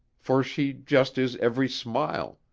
for she just is every smile,